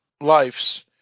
lives